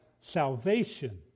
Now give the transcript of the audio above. salvation